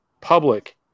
public